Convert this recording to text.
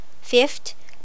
Fifth